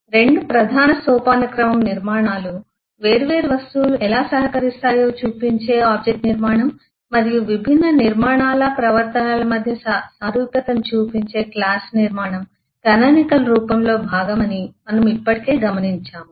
2 ప్రధాన సోపానక్రమం నిర్మాణాలు వేర్వేరు వస్తువులు ఎలా సహకరిస్తాయో చూపించే ఆబ్జెక్ట్ నిర్మాణం మరియు విభిన్న నిర్మాణాల ప్రవర్తనల మధ్య సారూప్యతను చూపించే క్లాస్ నిర్మాణం కానానికల్ రూపంలో భాగమని మనము ఇప్పటికే గమనించాము